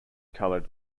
coloured